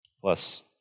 plus